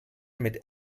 mit